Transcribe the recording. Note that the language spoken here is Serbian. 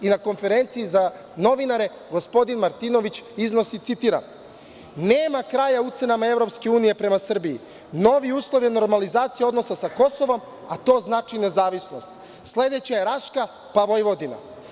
Na konferenciji za novinare gospodin Martinović iznosi, citiram – nema kraja ucenama EU prema Srbiji, novi uslov je normalizacija odnosa sa Kosovom, a to znači nezavisnost, sledeća je Raška, pa Vojvodina.